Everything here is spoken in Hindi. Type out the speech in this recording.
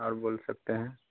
और बोल सकते हैं